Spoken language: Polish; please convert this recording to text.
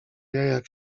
jajach